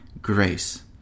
grace